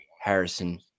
Harrison